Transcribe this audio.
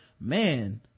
man